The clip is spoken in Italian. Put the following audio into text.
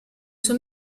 suo